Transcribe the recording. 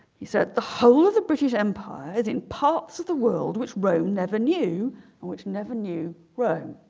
he said the whole of the british empire is in parts of the world which rome never knew and which never knew rome